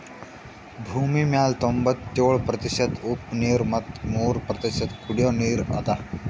ಭೂಮಿಮ್ಯಾಲ್ ತೊಂಬತ್ಯೋಳು ಪ್ರತಿಷತ್ ಉಪ್ಪ್ ನೀರ್ ಮತ್ ಮೂರ್ ಪ್ರತಿಷತ್ ಕುಡಿಯೋ ನೀರ್ ಅದಾ